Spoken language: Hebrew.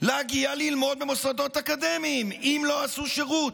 להגיע ללמוד במוסדות אקדמיים אם לא עשו שירות?